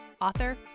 author